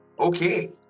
Okay